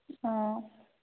অঁ